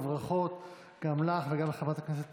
וברכות גם לך וגם לחברת הכנסת